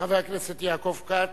לחבר הכנסת יעקב כץ.